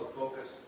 focus